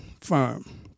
firm